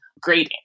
grading